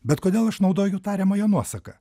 bet kodėl aš naudoju tariamąją nuosaką